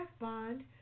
Bond